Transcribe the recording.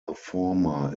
former